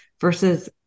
versus